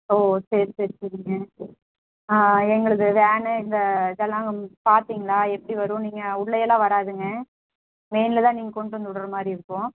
ஓ சரி சரி சரிங்க எங்களுது வேனு இந்த இதெல்லாம் பார்த்தீங்களா எப்படி வரும் நீங்கள் உள்ளேயெல்லாம் வராதுங்க மெயினில் தான் நீங்கள் கொண்டு வந்து விடுறமாரி இருக்கும்